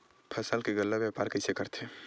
फसल के गल्ला व्यापार कइसे करथे?